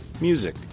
music